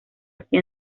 así